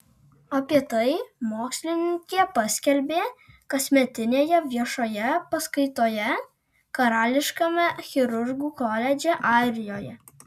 apie tai mokslininkė paskelbė kasmetinėje viešoje paskaitoje karališkame chirurgų koledže airijoje